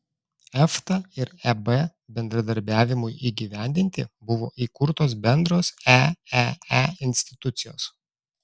efta ir eb bendradarbiavimui įgyvendinti buvo įkurtos bendros eee institucijos